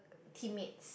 teammates